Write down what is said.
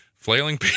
Flailing